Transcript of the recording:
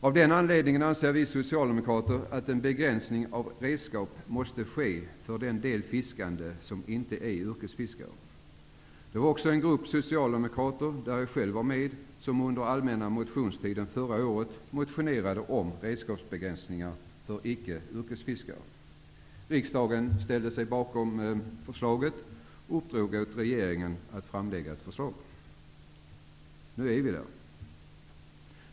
Av den anledningen anser vi socialdemokrater att en begränsning av redskap måste ske för den del fiskande som inte är yrkesfiskare. Det var också en grupp socialdemokrater, bl.a. jag själv, som under allmänna motionstiden förra året motionerade om redskapsbegränsningar för icke yrkesfiskare. Riksdagen ställde sig bakom förslaget och uppdrog åt regeringen att framlägga ett förslag. Nu är vi där.